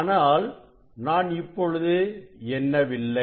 ஆனால் நான் இப்பொழுது எண்ணவில்லை